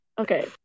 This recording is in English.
Okay